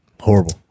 Horrible